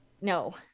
No